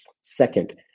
Second